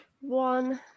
one